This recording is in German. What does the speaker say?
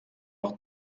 auch